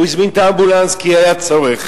הוא הזמין את האמבולנס כי היה צורך,